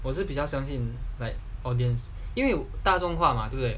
我是比较相信 like audience 因为大众化嘛对不对